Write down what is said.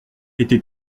était